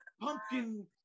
pumpkin